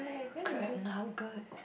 crab nugget